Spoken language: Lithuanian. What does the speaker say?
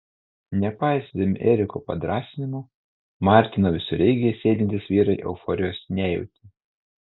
nepaisydami eriko padrąsinimų martino visureigyje sėdintys vyrai euforijos nejautė